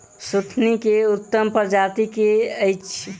सुथनी केँ उत्तम प्रजाति केँ अछि?